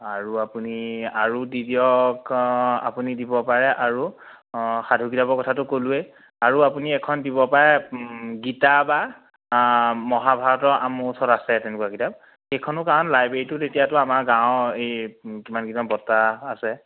আৰু আপুনি আৰু দি দিয়ক অ' আপুনি দিব পাৰে আৰু অ' সাধু কিতাপৰ কথাটো কলোঁৱেই আৰু আপুনি এখন দিব পাৰে গীতা বা মহাভাৰতৰ আছে মোৰ ওচৰত আছে তেনেকুৱা কিতাপ সেইখনো কাৰণ লাইবেৰীতো তেতিয়াতো আমাৰ গাঁৱৰ এই কিমানকেইজন বৰ্তা আছে